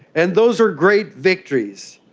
and those are great victories.